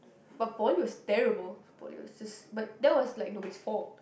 but poly was terrible poly was just but that was like nobody's fault